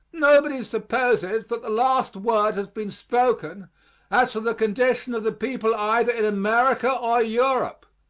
nobody supposes that the last word has been spoken as to the condition of the people either in america or europe.